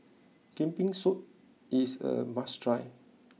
Kambing Soup is a must try